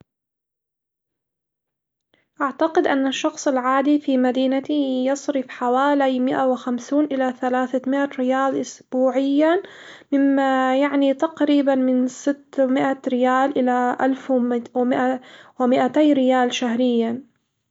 أعتقد أن الشخص العادي في مدينتي يصرف حوالي مئة وخمسون إلى ثلاثة مئة ريال أسبوعيًا، مما يعني تقريبًا من ست مئة ريال إلى ألف ومئ- ومئتي ريال شهريًا.